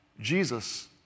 Jesus